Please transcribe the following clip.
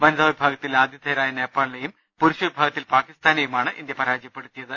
വനിതാ വിഭാഗത്തിൽ ആതിഥേയരായ നേപ്പാളിനെയും പുരുഷവിഭാഗത്തിൽ പാകിസ്ഥാനെയുമാണ് ഇന്ത്യ പരാജയപ്പെടുത്തിയത്